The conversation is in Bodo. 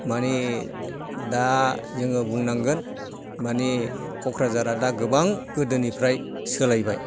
मानि दा जोङो बुंनांगोन मानि क'क्राझारआ दा गोबां गोदोनिफ्राय सोलायबाय